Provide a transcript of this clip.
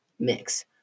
mix